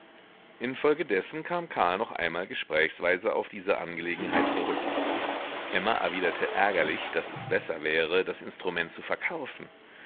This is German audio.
infolgedessen kam karl noch einmal gesprächsweise auf diese angelegenheit zurück emma erwiderte ärgerlich daß es besser wäre das instrument zu verkaufen